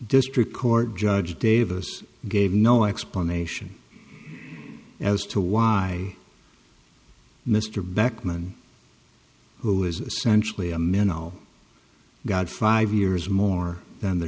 district court judge davis gave no explanation as to why mr beckman who is essentially a minnow got five years more than the